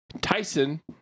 Tyson